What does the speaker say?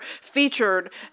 featured